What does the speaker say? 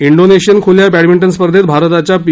Indonesian खुल्या badminton स्पर्धेत भारताच्या पी